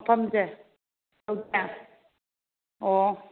ꯃꯐꯝꯁꯦ ꯑꯣ